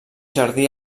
jardí